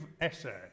essay